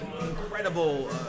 incredible